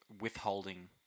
withholding